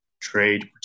trade